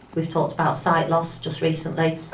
we've talked about sight loss just recently.